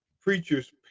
preachers